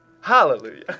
Hallelujah